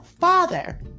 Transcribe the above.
father